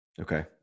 Okay